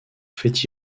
fait